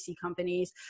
companies